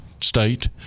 State